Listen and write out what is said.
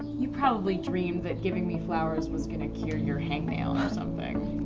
you probably dreamed that giving me flowers was gonna cure your hangnail or something. i